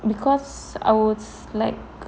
because I would slack